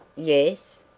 yes?